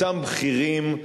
אותם בכירים,